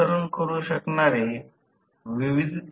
तर आणि Pm ω 1 S PG